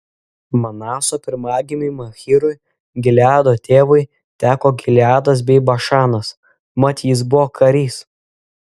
manaso pirmagimiui machyrui gileado tėvui teko gileadas bei bašanas mat jis buvo karys